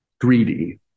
greedy